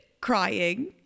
crying